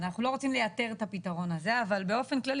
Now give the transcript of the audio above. אנחנו לא רוצים לייתר את הפתרון הזה אבל באופן כללי